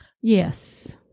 Yes